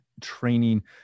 training